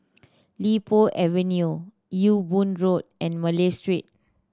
Li Po Avenue Ewe Boon Road and Malay Street